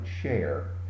share